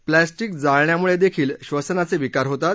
plastic जाळण्यामुळे देखील श्रसनाचे विकार होतात